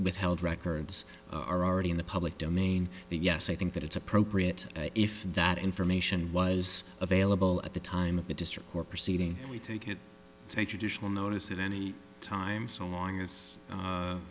withheld records are already in the public domain yes i think that it's appropriate if that information was available at the time of the district court proceeding we take it take additional notice at any time so long as